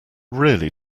really